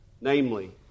namely